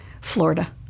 Florida